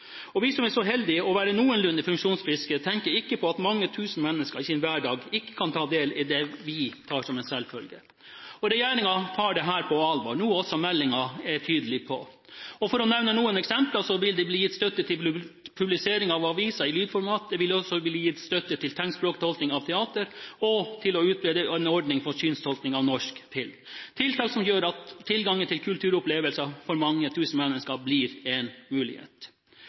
Vi som er så heldige å være noenlunde funksjonsfriske, tenker ikke på at mange tusen mennesker i sin hverdag ikke kan ta del i det vi tar som en selvfølge. Regjeringen tar dette på alvor, noe også meldingen er tydelig på. For å nevne noen eksempler vil det bli gitt støtte til publisering av aviser i lydformat. Det vil også bli gitt støtte til tegnspråktolking av teater og til å utrede en ordning for synstolking av norsk film – tiltak som gjør at tilgang til kulturopplevelser for mange tusen mennesker blir en mulighet.